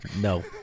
No